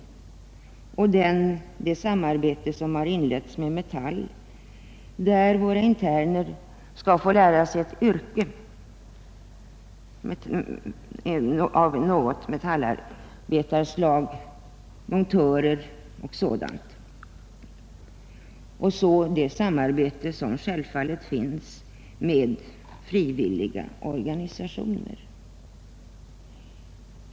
Jag vill också framhålla det samarbete som inletts med Metall, genom vilket våra interner skall få lära sig ett metallarbetaryrke — montörsarbete eller något liknande. Jag vill också peka på samarbetet med frivilliga organisationer.